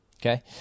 Okay